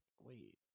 wait